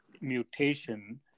mutation